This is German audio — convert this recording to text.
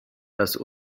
das